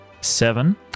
seven